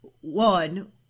one